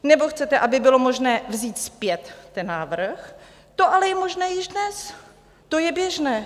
Nebo chcete, aby bylo možné vzít zpět ten návrh, to ale je možné již dnes, to je běžné.